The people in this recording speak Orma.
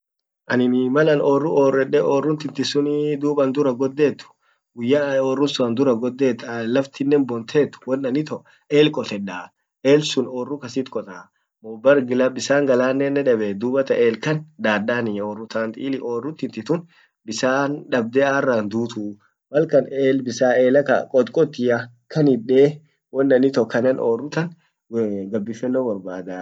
anin malan orru orrede orruntinti sunii dub andura goddet laftinnen bontet won an ito el kotedda ,elsun orru kasit kota, barum laf bisan galannene dubattan el kan dadani orru tinti tant ili orru tinti bisan dabde arra hindutuu malkan el bisan ela ka kotkotia kan itdee won an ito kanan orru tan gabiffenno borbadaa.